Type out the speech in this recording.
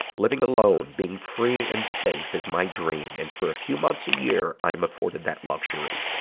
living alone, being free and safe, is my dream, and for a few months a year, i'm afforded that luxury.